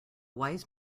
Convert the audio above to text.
wise